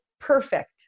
perfect